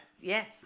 Yes